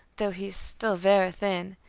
though he is still very thin,